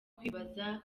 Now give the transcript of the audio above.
kwibaza